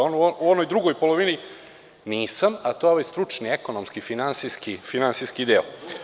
U onoj drugoj polovini nisam, a to je ovaj stručni, ekonomski, finansijski deo.